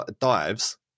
dives